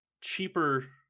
cheaper